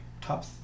Top